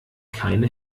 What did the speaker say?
keine